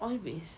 oil-based